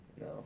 No